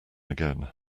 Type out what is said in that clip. again